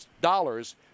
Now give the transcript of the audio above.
dollars